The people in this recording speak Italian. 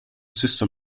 stesso